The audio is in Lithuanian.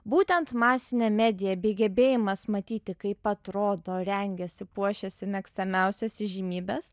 būtent masinė medija bei gebėjimas matyti kaip atrodo rengiasi puošiasi mėgstamiausios įžymybės